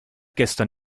gestern